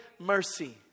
mercy